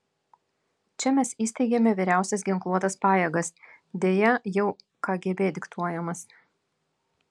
čia mes įsteigėme vyriausias ginkluotas pajėgas deja jau kgb diktuojamas